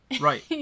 Right